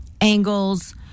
angles